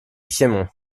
piémont